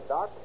Doc